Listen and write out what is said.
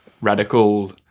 radical